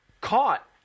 caught